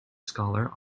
scholar